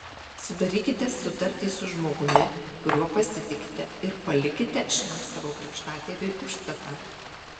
sudarykite sutartį su žmogumi kuriuo pasitikite ir palikite šiam savo krikštatėviui užstatą